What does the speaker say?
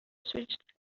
switched